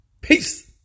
peace